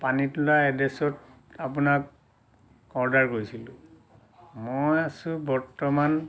পানীতোলা এড্ৰেছত আপোনাক অৰ্ডাৰ কৰিছিলোঁ মই আছোঁ বৰ্তমান